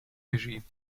regie